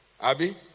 Abby